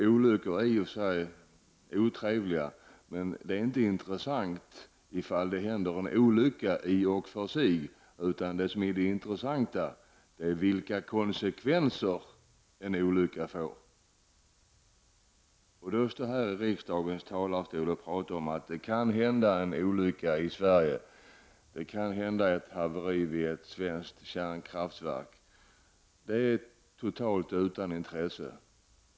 Olyckor är otrevliga, men det intressanta är inte olyckan i sig utan vilka konsekvenser en olycka får. Rolf L. Nilson framhöll att det kan inträffa ett haveri vid ett svenskt kärnkraftverk, men det är totalt utan intresse.